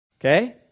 okay